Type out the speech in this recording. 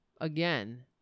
again